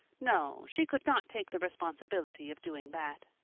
no, she could not take the responsibility of doing that!